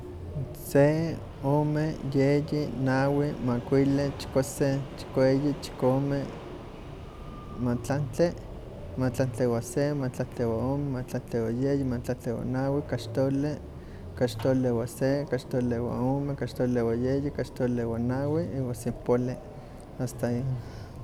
Se, ome, yeyi, nawi, makuili, chikuasen, chikueyi, chikome, mahtlantli, matlantli wan se, mahtlaktli wan ome, mahtlaktli wan yeyi, mahtlaktli wan nawi, kaxtoli, kaxtoli wan se, kaxtoli wan ome, kaxtoli wan yeyi, kaxtoli wan nawi, iwam sempoalli, hasta ahí.